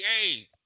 hey